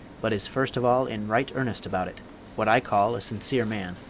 but is first of all in right earnest about it what i call a sincere man.